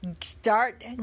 Start